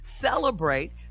celebrate